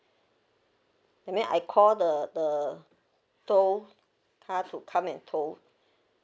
that mean I call the the tow car to come and tow